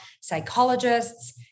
psychologists